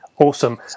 Awesome